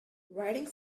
writing